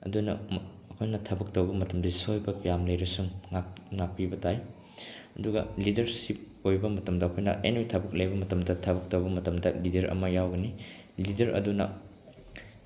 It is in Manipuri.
ꯑꯗꯨꯅ ꯑꯩꯈꯣꯏꯅ ꯊꯕꯛ ꯇꯧꯕ ꯃꯇꯝꯗꯁꯨ ꯁꯣꯏꯕ ꯀꯌꯥꯝ ꯂꯩꯔꯁꯨ ꯉꯥꯛꯄꯤꯕ ꯇꯥꯏ ꯑꯗꯨꯒ ꯂꯤꯗꯔꯁꯤꯞ ꯑꯣꯏꯕ ꯃꯇꯝꯗ ꯑꯩꯈꯣꯏꯅ ꯑꯦꯅꯤ ꯊꯕꯛ ꯂꯩꯕ ꯃꯇꯝꯗ ꯊꯕꯛ ꯇꯧꯕ ꯃꯇꯝꯗ ꯂꯤꯗꯔ ꯑꯃ ꯌꯥꯎꯒꯅꯤ ꯂꯤꯗꯔ ꯑꯗꯨꯅ